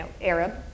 Arab